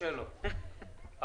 נועל את הישיבה.